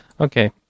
Okay